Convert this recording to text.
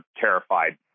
terrified